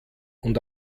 und